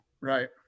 Right